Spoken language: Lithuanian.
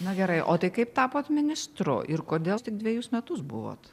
na gerai o tai kaip tapot ministru ir kodėl tik dvejus metus buvot